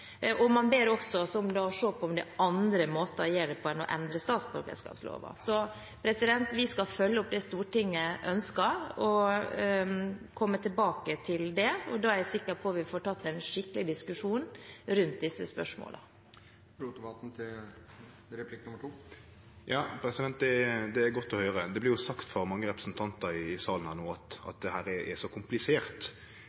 Man ber oss også se på om det er andre måter å gjøre det på enn å endre statsborgerloven. Så vi skal følge opp det Stortinget ønsker, og komme tilbake til det. Da er jeg sikker på at vi får en skikkelig diskusjon rundt disse spørsmålene. Det er godt å høyre. Det vart sagt av mange representantar i salen no at dette er så komplisert. Det er tydelegvis ikkje meir komplisert enn at dei fleste landa i